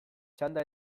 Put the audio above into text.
txanda